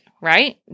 right